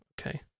Okay